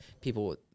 people